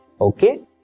Okay